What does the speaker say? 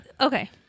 Okay